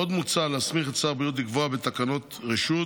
עוד מוצע להסמיך את שר הבריאות לקבוע בתקנות רשות